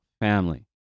family